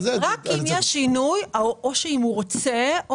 שיודיע רק אם יש שינוי או שאם הוא רוצה או